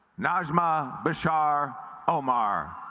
najma bashar omar